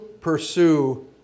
pursue